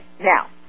Now